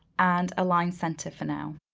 and align center for now.